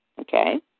okay